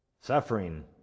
suffering